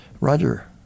Roger